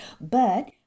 But